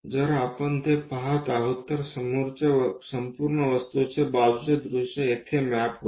जर आपण ते पहात आहोत तर संपूर्ण वस्तूचे बाजूचे दृश्य येथे मॅप होते